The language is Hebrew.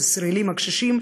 את הישראלים הקשישים,